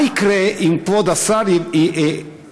מה יקרה אם כבוד השר ישתכנע,